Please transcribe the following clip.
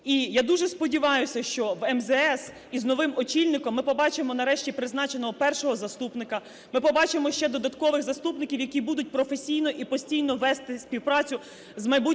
І я дуже сподіваюся, що в МЗС із новим очільником ми побачимо нарешті призначеного першого заступника, ми побачимо ще додаткових заступників, які будуть професійно і постійно вести співпрацю з майбутнім